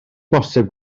bosibl